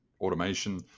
automation